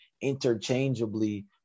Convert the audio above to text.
interchangeably